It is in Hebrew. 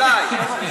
עליי.